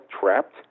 trapped